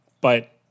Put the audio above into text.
but-